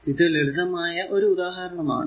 ഇത് ലളിതമായ ഒരു ഉദാഹരണം ആണ്